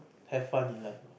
have fun in life lah